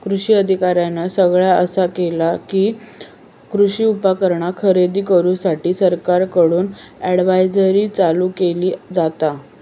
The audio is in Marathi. कृषी अधिकाऱ्यानं सगळ्यां आसा कि, कृषी उपकरणा खरेदी करूसाठी सरकारकडून अडव्हायजरी चालू केली जाता